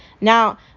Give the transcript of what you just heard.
Now